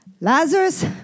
Lazarus